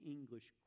English